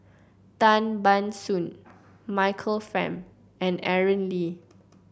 Tan Ban Soon Michael Fam and Aaron Lee